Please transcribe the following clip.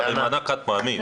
אבל זה מענק חד-פעמי,